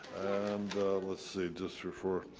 and let's see, just refer,